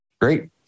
Great